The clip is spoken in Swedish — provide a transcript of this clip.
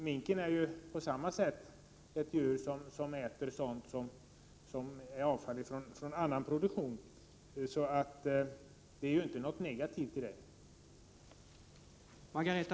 Men även minken äter ju avfallsprodukter. Således ligger det inte någonting negativt i detta.